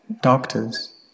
doctors